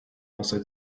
pensa